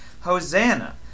Hosanna